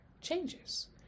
changes